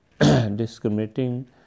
discriminating